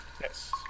Yes